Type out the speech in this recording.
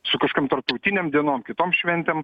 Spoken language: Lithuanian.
su kažkokiom tarptautinėm dienom kitom šventėm